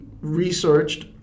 researched